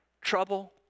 Trouble